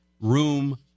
room